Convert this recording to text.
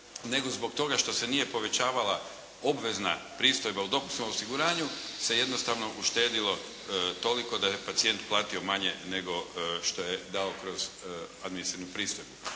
nego zbog toga što se nije povećavala obvezna pristojba u dopunskom osiguranju se jednostavno uštedjelo toliko da je pacijent platio manje nego što je dao kroz administrativnu pristojbu.